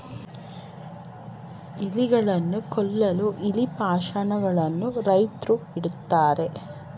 ಇಲಿಗಳನ್ನು ಕೊಲ್ಲಲು ಇಲಿ ಪಾಷಾಣ ಗಳನ್ನು ರೈತ್ರು ಇಡುತ್ತಾರೆ